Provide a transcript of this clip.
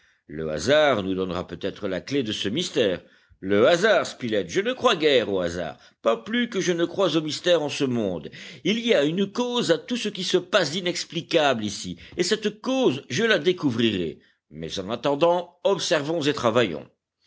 le hasard nous donnera peut-être la clef de ce mystère le hasard spilett je ne crois guère au hasard pas plus que je ne crois aux mystères en ce monde il y a une cause à tout ce qui se passe d'inexplicable ici et cette cause je la découvrirai mais en attendant observons et travaillons